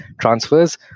transfers